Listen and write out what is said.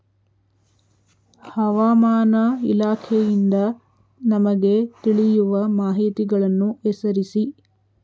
ಹವಾಮಾನ ಇಲಾಖೆಯಿಂದ ನಮಗೆ ತಿಳಿಯುವ ಮಾಹಿತಿಗಳನ್ನು ಹೆಸರಿಸಿ?